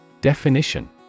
Definition